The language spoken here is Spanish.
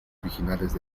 originales